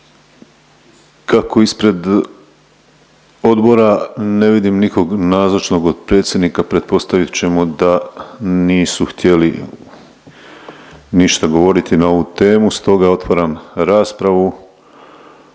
Kako ispred odbora ne vidim nikoga nazočnog od predsjednika, pretpostavit ćemo da nisu htjeli ništa govoriti na ovu temu. Stoga otvaram raspravu